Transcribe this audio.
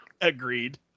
Agreed